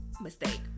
mistake